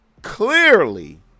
Clearly